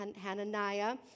Hananiah